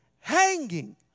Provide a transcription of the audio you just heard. hanging